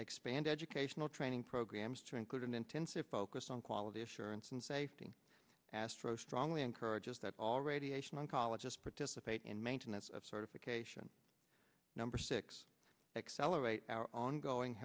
expand educational training programs to include an intensive focus on quality assurance and safety astro strongly encourages that all radiation oncologist participate in maintenance of certification number six accelerate our ongoing